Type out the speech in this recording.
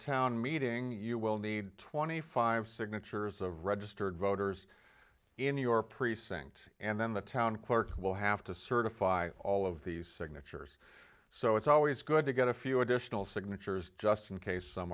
town meeting you will need twenty five signatures of registered voters in your precinct and then the town clerk will have to certify all of these signatures so it's always good to get a few additional signatures just in case some